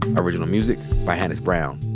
original music by hannis brown.